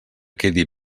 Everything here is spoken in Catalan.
quedi